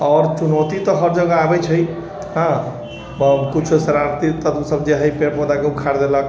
आओर चुनौती तऽ हर जगह आबै छै हँ आओर कुछौ शरारती तत्व सभ जे हय पेड़ पौधाके उखाड़ि देलक